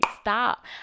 stop